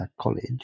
College